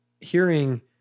hearing